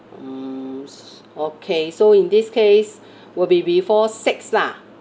mm s~ okay so in this case will be before six lah